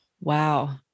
Wow